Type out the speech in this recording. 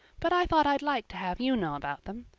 but i thought i'd like to have you know about them.